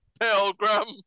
Pilgrim